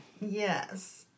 Yes